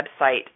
website